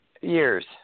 years